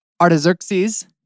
Artaxerxes